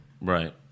Right